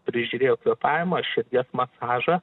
prižiūrėjo kvėpavimą širdies masažą